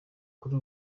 kuri